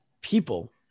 people